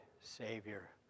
Savior